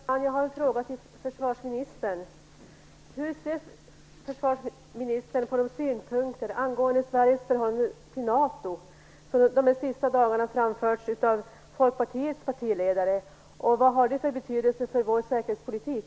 Fru talman! Jag har en fråga till försvarsministern: Hur ser försvarsministern på de synpunkter angående Sveriges förhållande till NATO som de senaste dagarna framförts av Folkpartiets partiledare, och vilken betydelse har det för vår säkerhetspolitik?